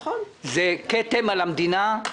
זה כתם על המדינה,